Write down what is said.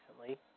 recently